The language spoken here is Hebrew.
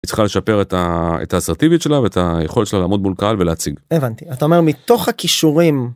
היא צריכה לשפר את האסרטיביות שלה ואת היכולת שלה לעמוד מול קהל ולהציג. הבנתי. אתה אומר מתוך הכישורים.